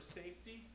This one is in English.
safety